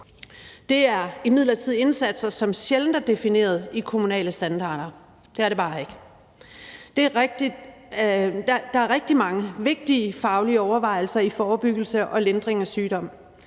Det er imidlertid indsatser, som sjældent er defineret i kommunale standarder. Det er det bare ikke. Der er rigtig mange vigtige faglige overvejelser i forebyggelse og lindring af sygdom: